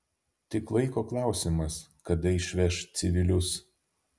tik laiko klausimas kada išveš civilius